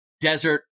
desert